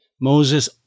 Moses